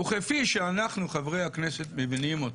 וכפי שאנחנו, חברי הכנסת, מבינים אותם.